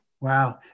Wow